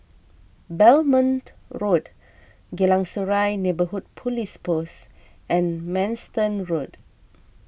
Belmont Road Geylang Serai Neighbourhood Police Post and Manston Road